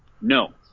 No